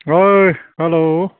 ओइ हेलौ